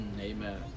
Amen